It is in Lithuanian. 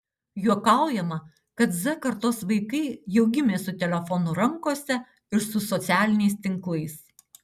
juokaujama kad z kartos vaikai jau gimė su telefonu rankose ir su socialiniais tinklais